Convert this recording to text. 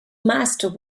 master